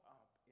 up